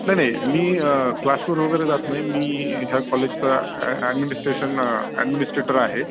नाही नाही मी क्लासवर वगैरे जात नाही मी ह्या कॉलेजचा ॲ ॲडमिनिस्ट्रेशन ॲडमिनिस्ट्रेटर आहे